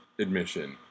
admission